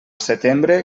setembre